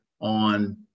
on